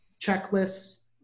checklists